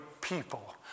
people